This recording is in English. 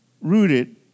rooted